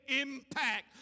impact